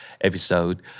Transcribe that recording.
episode